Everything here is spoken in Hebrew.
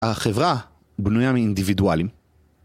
החברה בנויה מאינדיבידואלים